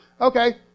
Okay